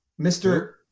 Mr